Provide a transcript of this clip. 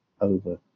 over